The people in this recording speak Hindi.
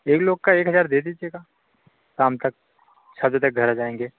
एक लोग का एक हज़ार दे दीजिएगा शाम तक छः बजे तक घर आ जाएँगे